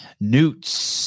Newt's